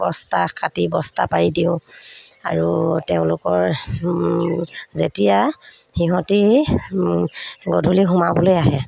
বস্তা কাটি বস্তা পাৰি দিওঁ আৰু তেওঁলোকৰ যেতিয়া সিহঁতি গধূলি সোমাবলৈ আহে